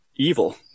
evil